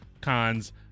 cons